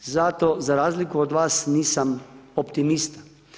Zato za razliku od vas nisam optimista.